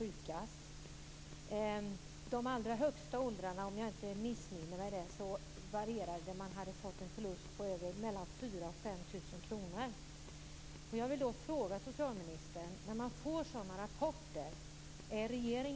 Bland de äldsta låg förlusten på 4 000 När det kommer fram sådana rapporter, är regeringen beredd att analysera dem och se om det verkligen är så att landsting och kommuner lever upp till de beslut riksdagen har fattat?